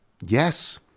yes